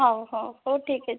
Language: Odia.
ହଉ ହଉ ହଉ ଠିକ୍ ଅଛି